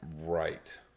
Right